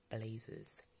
Blazers